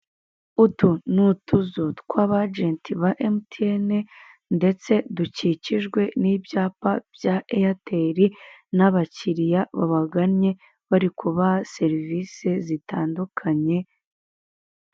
Utu ni utuzu tw'abajenti ba emutiyeni ndetse dukikijwe n'ibyapa bya eyeteri na bakiriya babagannye bari kubaha serivise zitandukanye.